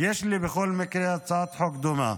יש לי בכל מקרה הצעת חוק דומה.